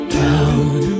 down